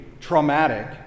traumatic